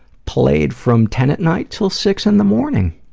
played from ten at night to six in the morning.